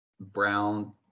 Brown